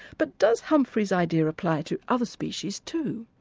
but does humphrey's idea apply to other species too?